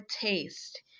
taste